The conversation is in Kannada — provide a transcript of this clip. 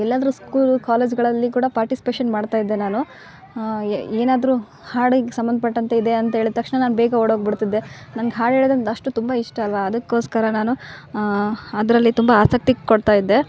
ಎಲ್ಲಾದರು ಸ್ಕೂಲು ಕಾಲೇಜುಗಳಲ್ಲಿ ಕೂಡ ಪಾರ್ಟಿಸ್ಪೇಷನ್ ಮಾಡ್ತಾ ಇದ್ದೆ ನಾನು ಏನಾದರು ಹಾಡಿಗೆ ಸಂಬಂಧ ಪಟ್ಟಂತೆ ಇದೆ ಅಂತ ಹೇಳಿದ ತಕ್ಷಣ ನಾನು ಬೇಗ ಓಡಿ ಹೋಗಿಬಿಡ್ತಿದ್ದೆ ನನ್ಗೆ ಹಾಡು ಹೇಳೋದಂದ್ರೆ ಅಷ್ಟು ತುಂಬ ಇಷ್ಟ ಅಲ್ವಾ ಅದಕ್ಕೋಸ್ಕರ ನಾನು ಅದರಲ್ಲಿ ತುಂಬ ಆಸಕ್ತಿ ಕೊಡ್ತಾ ಇದ್ದೆ